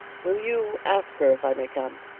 will you ask her if i may come?